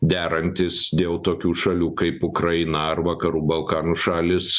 derantis dėl tokių šalių kaip ukraina ar vakarų balkanų šalys